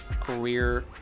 career